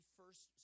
first